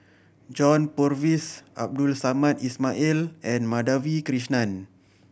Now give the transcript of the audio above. John Purvis Abdul Samad Ismail and Madhavi Krishnan